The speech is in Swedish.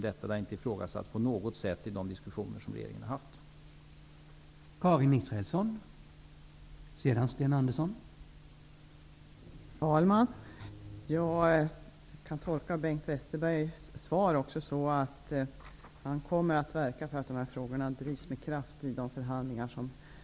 Det har inte på något sätt ifrågasatts i de diskussioner som regeringen har haft.